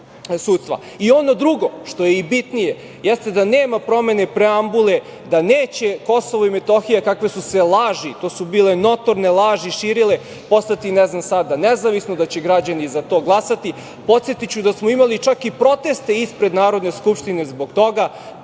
drugo što je i bitnije, jeste da nema promene preambule, da neće Kosovo i Metohija, kakve su se laži, to su bile notorne laži širile, postati nezavisne, da će građani za to glasati. Podsetiću da smo imali čak i proteste ispred Narodne skupštine zbog toga,